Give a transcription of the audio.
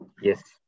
Yes